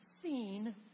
seen